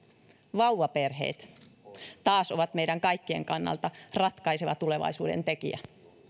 vauvaperheet taas ovat meidän kaikkien kannalta ratkaiseva tulevaisuuden tekijä